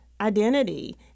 identity